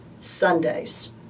Sundays